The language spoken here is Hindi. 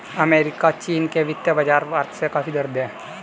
अमेरिका चीन के वित्तीय बाज़ार भारत से काफी वृहद हैं